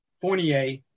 Fournier